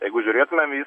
jeigu žiūrėtumėm į